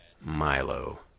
Milo